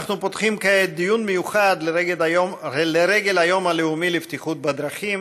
אנחנו פותחים כעת דיון מיוחד לרגל היום הלאומי לבטיחות בדרכים,